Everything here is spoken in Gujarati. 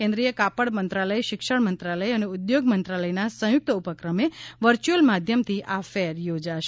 કેન્દ્રિય કાપડ મંત્રાલય શિક્ષણ મંત્રાલય અને ઉદ્યોગ મંત્રાલયના સંયુક્ત ઉપક્રમે વર્ચ્યુઅલ માધ્યમથી આ ફેર યોજાશે